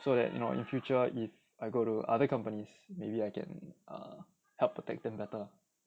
so that you know in future if I go to other companies maybe I can help protect them better